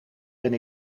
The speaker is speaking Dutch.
ben